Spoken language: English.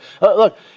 Look